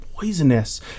poisonous